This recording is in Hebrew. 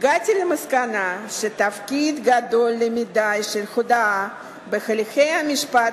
הגעתי למסקנה שהתפקיד הגדול למדי של ההודאה בהליכי המשפט